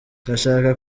ndashaka